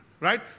Right